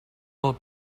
del